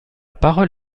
parole